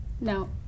no